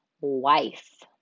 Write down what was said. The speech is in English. wife